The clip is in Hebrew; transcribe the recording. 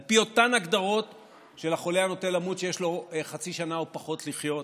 על פי אותן הגדרות של החולה הנוטה למות שיש לו חצי שנה או פחות לחיות,